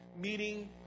meeting